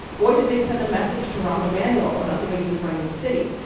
boy did they send a message to rahm emanuel about the way he was running the city.